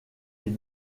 est